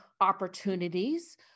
opportunities